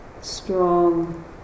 strong